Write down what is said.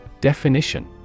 Definition